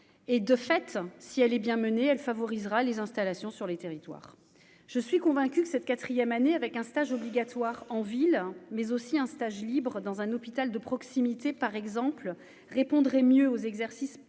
et, de fait, si elle est bien menée, elle favorisera les installations sur les territoires, je suis convaincu que cette 4ème année avec un stage obligatoire en ville, mais aussi un stage Libre dans un hôpital de proximité par exemple répondrait mieux aux exercices